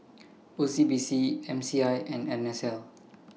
O C B C M C I and N S L